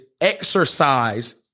exercise